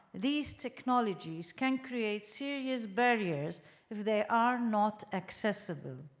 these technologies can create serious barriers if they are not accessible.